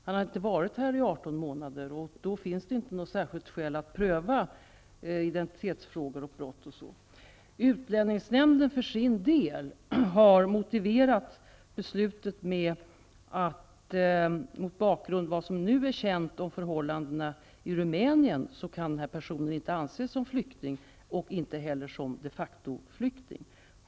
Han har inte varit här i 18 månader, och då finns det inte något särskilt skäl att pröva identitetsfrågor, brott osv. Utlänningsnämnden har för sin del motiverat det fattade beslutet med att den här personen, mot bakgrund av vad som nu är känt om förhållandena i Rumänien, inte kan anses vara vare sig flykting eller de facto-flykting.